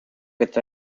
with